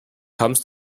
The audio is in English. comes